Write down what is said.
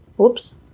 oops